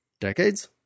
decades